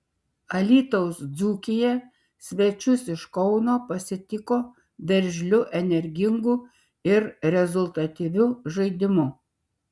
alytaus dzūkija svečius iš kauno pasitiko veržliu energingu ir rezultatyviu žaidimu